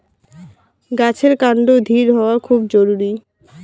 গাছের কান্ড দৃঢ় হওয়া খুব জরুরি